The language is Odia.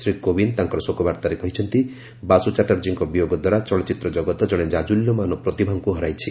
ଶ୍ରୀ କୋବିନ୍ଦ ତାଙ୍କର ଶୋକ ବାର୍ତ୍ତାରେ କହିଛନ୍ତି ବାସୁ ଚାଟାର୍ଜୀଙ୍କ ବିୟୋଗ ଦ୍ୱାରା ଚଳଚ୍ଚିତ୍ର ଜଗତ ଜଣେ ଜାଜୁଲ୍ୟମାନ ପ୍ରତିଭାଙ୍କୁ ହରାଇଛି